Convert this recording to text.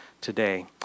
today